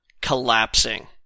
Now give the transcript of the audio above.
collapsing